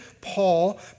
Paul